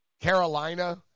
Carolina